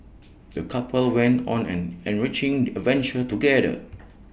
the couple went on an enriching adventure together